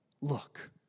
Look